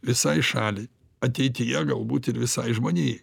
visai šaliai ateityje galbūt ir visai žmonijai